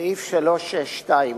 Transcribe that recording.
סעיף 362